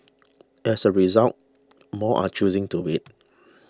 as a result more are choosing to wait